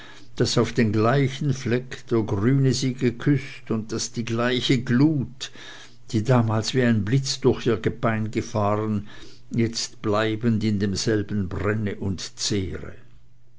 daß auf den gleichen fleck der grüne sie geküßt und daß die gleiche glut die damals wie ein blitz durch ihr gebein gefahren jetzt bleibend in demselben brenne und zehre